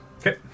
Okay